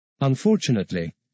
Unfortunately